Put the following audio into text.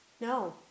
No